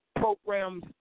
programs